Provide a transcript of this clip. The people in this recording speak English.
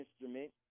instrument